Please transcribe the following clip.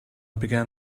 began